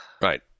Right